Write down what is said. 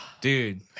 Dude